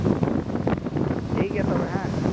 ᱦᱮᱸ ᱴᱷᱤᱠ ᱜᱮᱭᱟ ᱛᱚᱵᱮ ᱦᱮᱸ